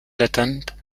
blätternd